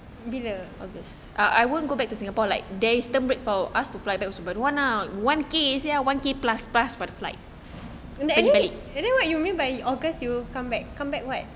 bila august and then what you mean by august you come back come back what